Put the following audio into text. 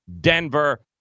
Denver